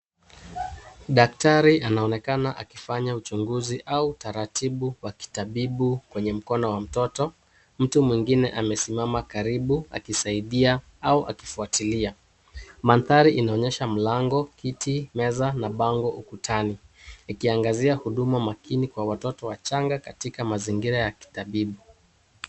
Daktari anaonekana akifanya uchunguzi au utaratibu wa kitabibu kwenye mkono wa mtoto. Mwingine amesimama karibu akisaidia au akifuatilia. Mandhari inaonyesha mlango, kiti, meza na bango kutani ikiangazia huduma makini kwa watoto wachanga katika mazingira ya kitabibu.